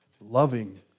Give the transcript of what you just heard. loving